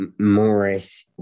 Morris